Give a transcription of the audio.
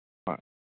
ꯍꯣꯏ